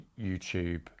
youtube